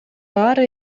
баары